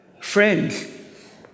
Friends